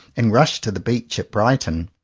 and rush to the beach at brighton.